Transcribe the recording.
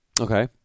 Okay